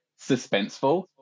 suspenseful